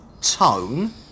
tone